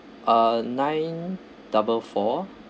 uh nine double four